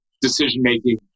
decision-making